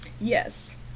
Yes